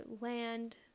land